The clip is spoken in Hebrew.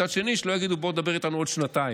מצד שני, שלא יגידו: בוא תדבר איתנו עוד שנתיים.